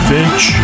Finch